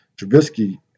Trubisky